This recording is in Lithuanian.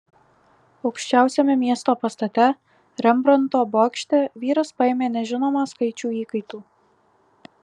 aukščiausiame miesto pastate rembrandto bokšte vyras paėmė nežinomą skaičių įkaitų